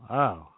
Wow